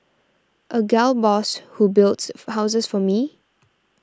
a gal boss who builds houses for me